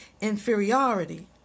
inferiority